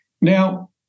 Now